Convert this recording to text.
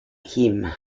hime